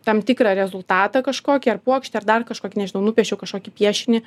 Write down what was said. tam tikrą rezultatą kažkokį ar puokštę ar dar kažkokį nežinau nupiešiau kažkokį piešinį